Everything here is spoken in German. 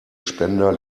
spender